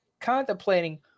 contemplating